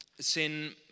Sin